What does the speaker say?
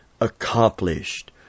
accomplished